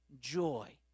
joy